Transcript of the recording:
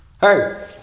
Hey